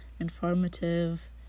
Informative